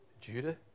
Judah